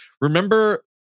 Remember